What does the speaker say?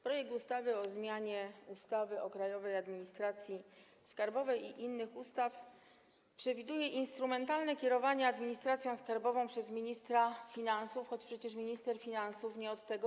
Projekt ustawy o zmianie ustawy o Krajowej Administracji Skarbowej oraz niektórych innych ustaw przewiduje instrumentalne kierowanie administracją skarbową przez ministra finansów, choć przecież minister finansów nie jest od tego.